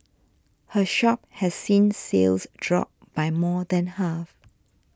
her shop has seen sales drop by more than half